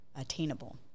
attainable